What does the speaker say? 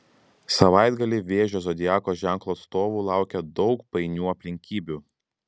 savaitgalį vėžio zodiako ženklo atstovų laukia daug painių aplinkybių